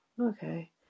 okay